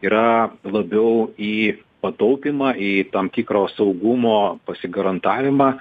yra labiau į pataupymą į tam tikro saugumo pasigarantavimą